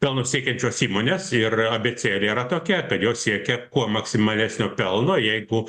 pelno siekiančios įmonės ir abėcėlė yra tokia kad jos siekia kuo maksimalesnio pelno jeigu